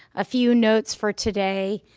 a few notes for today,